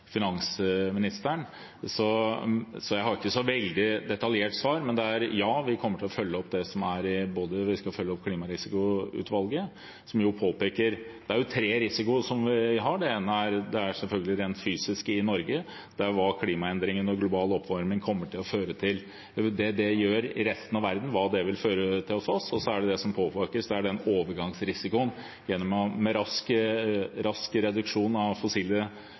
så jeg har ikke et veldig detaljert svar. Men ja, vi kommer til å følge opp dette. Vi skal følge opp klimarisikoutvalget, som påpeker tre risikoer som vi har. Det ene er selvfølgelig rent fysisk i Norge – hva klimaendringene og den globale oppvarmingen i resten av verden vil føre til hos oss. Så påpekes overgangsrisikoen ved rask reduksjon av fossile energikilder i resten av verden – hva det fører til også for norsk økonomi og den produksjonen som vi har. Det er ikke noen tvil om at vi følger to hovedstrategier. Den